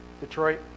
Detroit